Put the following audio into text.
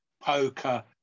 poker